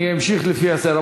אני אמשיך לפי הסדר.